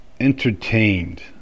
entertained